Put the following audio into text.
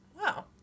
Wow